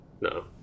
No